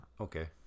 Okay